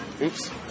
Oops